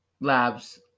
Labs